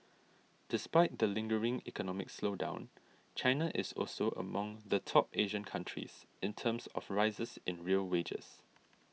despite the lingering economic slowdown China is also among the top Asian countries in terms of rises in real wages